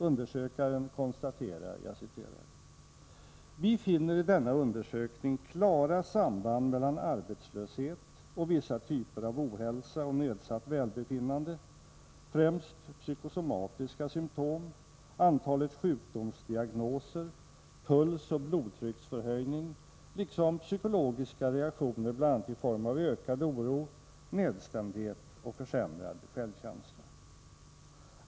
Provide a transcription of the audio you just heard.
Undersökaren konstaterar: ”Vi finner i denna undersökning klara samband mellan arbetslöshet och vissa typer av ohälsa och nedsatt välbefinnande, främst psykosomatiska symptom, antalet sjukdomsdiagnoser, pulsoch blodtrycksförhöjning liksom psykologiska reaktioner bl.a. i form av ökad oro, nedstämdhet och försämrad självkänsla.